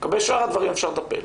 לגבי שאר הדברים, אפשר לטפל.